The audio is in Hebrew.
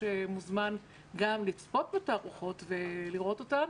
שמוזמן גם לצפות בתערוכות ולראות אותן,